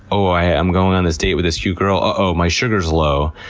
oh i'm going on this date with this cute girl, ah oh, my sugar's low.